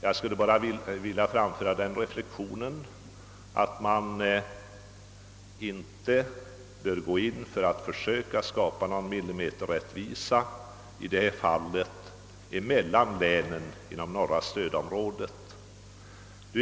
Jag skulle bara vilja framföra den reflexionen, att man inte i detta fall bör försöka skapa någon millimeterrättvisa mellan länen inom det norra stödområdet.